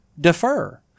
defer